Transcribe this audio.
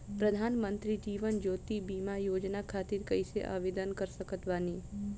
प्रधानमंत्री जीवन ज्योति बीमा योजना खातिर कैसे आवेदन कर सकत बानी?